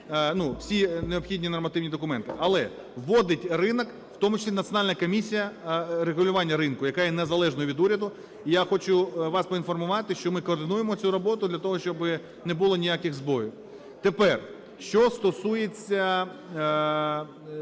всі необхідні нормативні документи. Але вводить ринок в тому числі Національна комісія регулювання ринку, яка є незалежною від уряду. Я хочу вас поінформувати, що ми координуємо цю роботу для того, щоби не було ніяких збоїв. Тепер що стосується